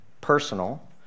personal